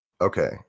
Okay